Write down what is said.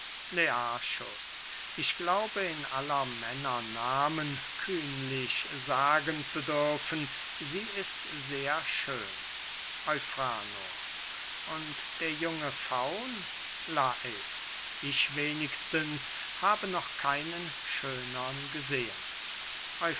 learchus ich glaube in aller männer nahmen kühnlich sagen zu dürfen sie ist sehr schön eufranor und der junge faun lais ich wenigstens habe noch keinen schönern gesehen